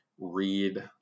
read